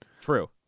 True